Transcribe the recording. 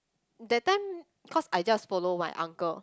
that time cause I just follow my uncle